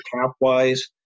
cap-wise